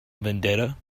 vendetta